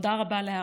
תודה רבה על ההערה.